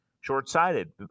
short-sighted